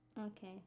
Okay